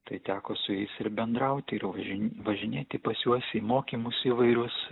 tai teko su jais ir bendrauti ir važin važinėti pas juos į mokymus įvairius